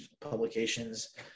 publications